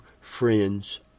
friends